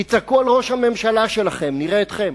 תצעקו על ראש הממשלה שלכם, נראה אתכם.